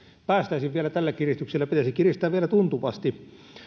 päästäisiin vielä tällä kiristyksellä pitäisi kiristää vielä tuntuvasti